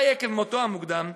אולי עקב מותו המוקדם,